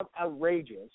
outrageous